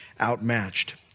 outmatched